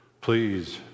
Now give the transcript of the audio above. Please